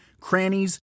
crannies